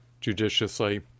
judiciously